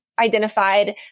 identified